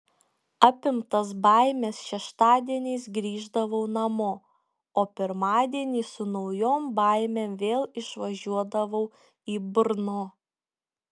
apimtas baimės šeštadieniais grįždavau namo o pirmadienį su naujom baimėm vėl išvažiuodavau į brno